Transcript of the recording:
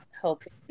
helping